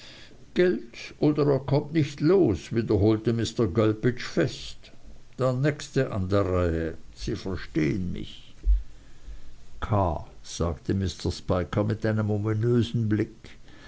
geld oder er kommt nicht los wiederholte mr gulpidge fest der nächste an der reihe sie verstehen mich k sagte mr spiker mit einem ominösen blick